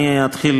אני אתחיל,